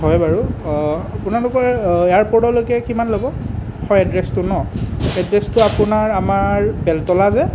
হয় বাৰু অঁ আপোনালোকৰ এয়াৰপোৰ্টলৈকে কিমান ল'ব হয় এড্ৰেছটো ন এড্ৰেছটো আপোনাৰ আমাৰ বেলতলা যে